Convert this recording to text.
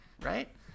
right